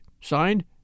Signed